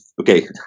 okay